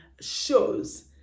shows